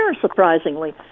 surprisingly